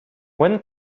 when